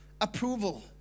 approval